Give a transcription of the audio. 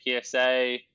PSA